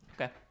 Okay